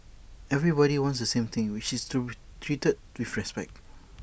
everybody wants the same thing which is to treated with respect